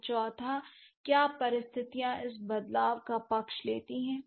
और चौथा क्या परिस्थितियाँ इस बदलाव का पक्ष लेती हैं